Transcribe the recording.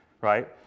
right